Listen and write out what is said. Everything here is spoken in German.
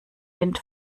wind